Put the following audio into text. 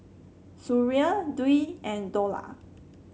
Suria Dwi and Dollah